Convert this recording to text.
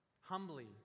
Humbly